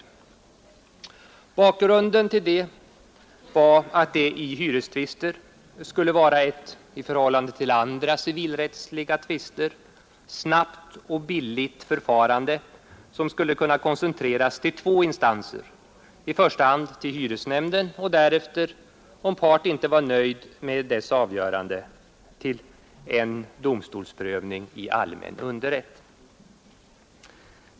Bakgrunden till det var, att det i hyrestvister skulle vara ett — i förhållande till andra civilrättsliga tvister — snabbt och billigt förfarande, som skulle kunna koncentreras till två instanser, i första hand till hyresnämnden och därefter — om part inte var nöjd med dess avgörande — till en domstolsprövning i allmän underrätt.